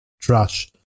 trash